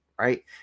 Right